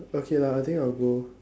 okay lah I think I will go